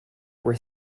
were